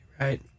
right